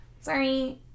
Sorry